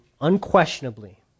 unquestionably